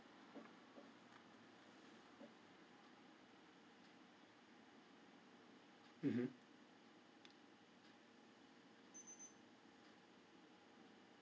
mmhmm